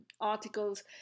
articles